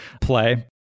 play